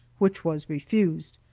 which was refused,